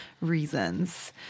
reasons